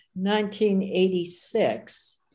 1986